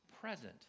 present